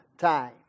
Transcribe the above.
time